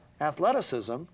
athleticism